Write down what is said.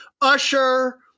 Usher